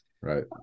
Right